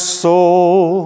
soul